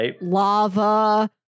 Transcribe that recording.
lava